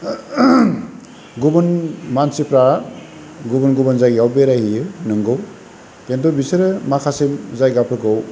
गुबुन मानसिफ्रा गुबुन गुबुन जायगायाव बेरायहैयो नंगौ किन्तु बिसोरो माखासे जायगाफोरखौ